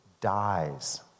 dies